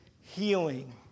healing